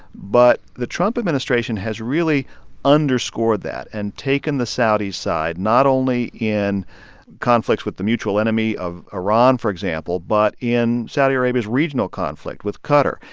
but the trump administration has really underscored that and taken the saudis' side not only in conflicts with the mutual enemy of iran, for example, but in saudi arabia's regional conflict with qatar.